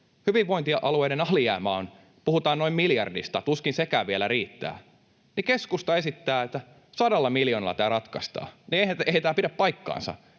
hyvinvointialueiden alijäämässä puhutaan noin miljardista ja tuskin sekään vielä riittää, ja keskusta esittää, että sadalla miljoonalla tämä ratkaistaan, niin eihän tämä pidä paikkaansa.